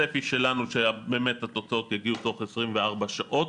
הצפי שלנו שבאמת התוצאות יגיעו תוך 24 שעות.